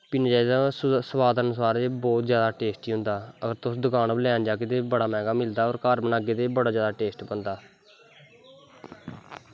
पीना चाही दा सोआद अनुसार एह् बड़ा जादा टेस्टी होंदा अगर तुस दकान पर लैन जाह्गे दा तुसेंगी बड़ा मैंह्गा मिलदा घर बनागे ते बड़ा जादा टेस्ट बनदा